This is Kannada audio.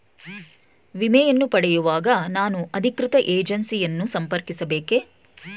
ವಿಮೆಯನ್ನು ಪಡೆಯುವಾಗ ನಾನು ಅಧಿಕೃತ ಏಜೆನ್ಸಿ ಯನ್ನು ಸಂಪರ್ಕಿಸ ಬೇಕೇ?